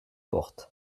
porte